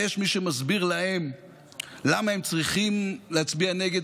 ויש מי שמסביר להם למה הם צריכים להצביע נגד,